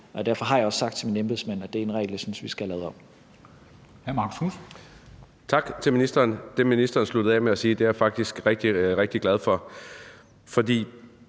Derfor har jeg også sagt til mine embedsmænd, at det er en regel, jeg synes vi skal have